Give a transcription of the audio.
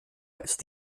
ist